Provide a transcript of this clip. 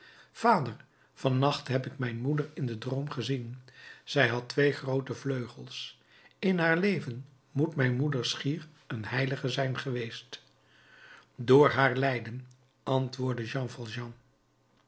vader van nacht heb ik mijn moeder in den droom gezien zij had twee groote vleugels in haar leven moet mijn moeder schier een heilige zijn geweest door haar lijden antwoordde jean